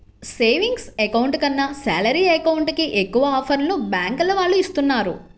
savings account కన్నా salary account కి ఎక్కువ ఆఫర్లను బ్యాంకుల వాళ్ళు ఇస్తున్నారు